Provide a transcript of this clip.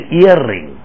earring